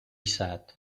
said